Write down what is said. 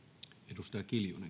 arvoisa